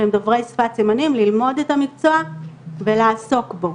שהם דוברי שפת סימנים ללמוד את המקצוע ולעסוק בו.